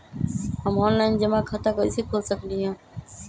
हम ऑनलाइन जमा खाता कईसे खोल सकली ह?